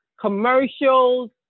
commercials